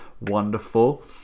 Wonderful